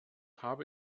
habe